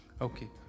Okay